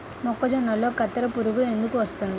మొక్కజొన్నలో కత్తెర పురుగు ఎందుకు వస్తుంది?